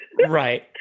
Right